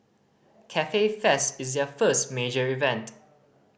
Cafe Fest is their first major event